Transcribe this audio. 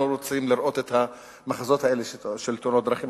רוצים לראות את המחזות האלה של תאונות דרכים,